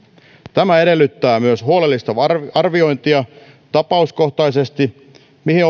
tämä edellyttää myös huolellista arviointia tapauskohtaisesti mihin